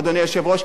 אדוני היושב-ראש,